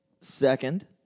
second